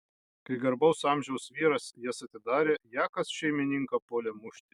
kai garbaus amžiaus vyras jas atidarė jakas šeimininką puolė mušti